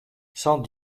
cent